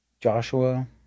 Joshua